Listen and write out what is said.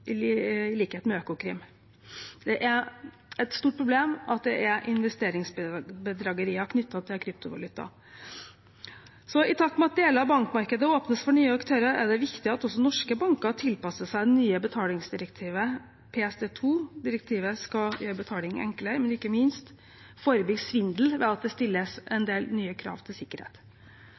i likhet med Økokrim. Det er et stort problem at det er investeringsbedragerier knyttet til kryptovaluta. Så i takt med at deler av bankmarkedet åpnes for nye aktører, er det viktig at også norske banker tilpasser seg det nye betalingsdirektivet, PSD2. Direktivet skal gjøre betaling enklere, men ikke minst forebygge svindel ved at det stilles en del nye krav til sikkerhet.